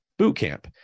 bootcamp